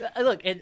Look